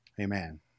Amen